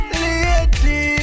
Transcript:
lady